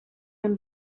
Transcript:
him